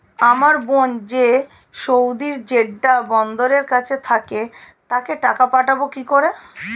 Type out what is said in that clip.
আমার বোন যে সৌদির জেড্ডা বন্দরের কাছে থাকে তাকে টাকা পাঠাবো কি করে?